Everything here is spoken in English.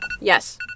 Yes